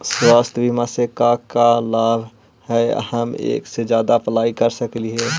स्वास्थ्य बीमा से का क्या लाभ है हम एक से जादा अप्लाई कर सकली ही?